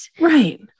Right